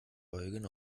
eugen